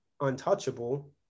untouchable